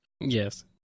Yes